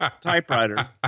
typewriter